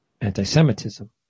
anti-Semitism